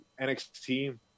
NXT